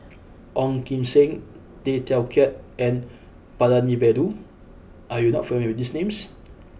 Ong Kim Seng Tay Teow Kiat and Palanivelu are you not familiar with these names